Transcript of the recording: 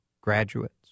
graduates